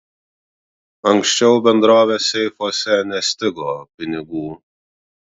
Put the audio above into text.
anksčiau bendrovės seifuose nestigo pinigų